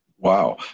Wow